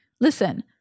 listen